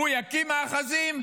הוא יקים מאחזים,